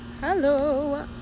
Hello